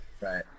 Right